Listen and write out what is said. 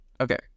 okay